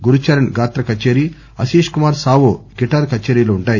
గురుచరణ్ గాత్ర కచేరి ఆపీశ్కుమార్ సావో గిటార్ కచేరీలు ఉంటాయి